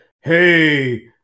hey